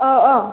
औ औ